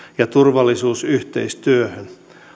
ja turvallisuusyhteistyöhön